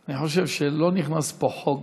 אני חושב שלא נכנס פה חוק,